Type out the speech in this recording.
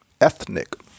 ethnic